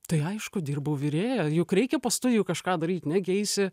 tai aišku dirbau virėja juk reikia po studijų kažką daryt negi eisi